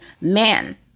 man